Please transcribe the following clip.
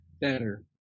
Better